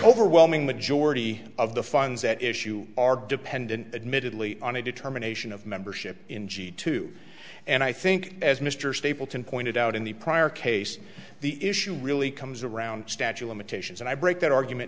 overwhelming majority of the funds at issue are dependent admitted late on a determination of membership in g two and i think as mr stapleton pointed out in the prior case the issue really comes around statue limitations and i break that argument